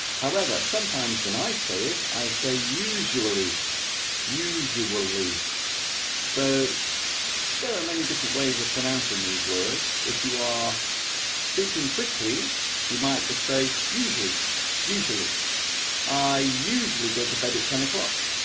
however sometimes when i say it i say usually usually so there are many different ways of pronouncing these words if you are speaking quickly you might just say usually usually i usually go to bed at ten o'clock